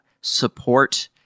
support